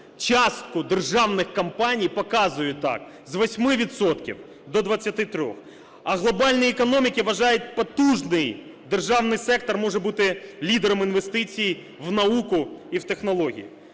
частку державних компаній, показує так: з 8 відсотків до 23. А глобальні економіки вважають потужний державний сектор може бути лідером інвестицій в науку і в технології.